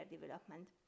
development